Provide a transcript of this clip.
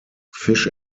fish